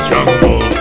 Jungle